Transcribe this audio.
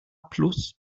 plus